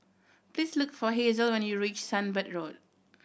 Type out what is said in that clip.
please look for Hazelle when you reach Sunbird Road